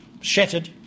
shattered